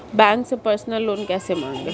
Bank से personal loan कैसे मांगें?